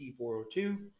T402